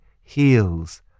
heals